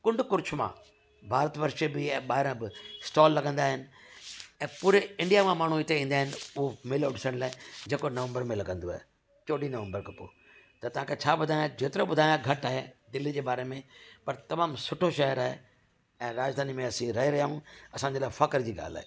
कुंड कुरछ मां भारत वर्ष बि ऐं ॿार ब स्टॉल लॻंदा आहिनि ऐं पूरे इंडिया मां माण्हू हिते ईंदा आहिनि उहो मेलो ॾिसण लाइ जेको नवम्बर में लॻंदो आहे चौॾहं नवम्बर खां पोइ त तव्हांखे छा ॿुधायां जेतिरो ॿुधायां घटि आए दिल्ली जे बारे में पर तमामु सुठो शहरु आहे ऐं राजधानी में असीं रहे रहिया आयूं असांजे लाइ फ़ख्र जी ॻाल्हि आहे